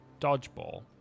Dodgeball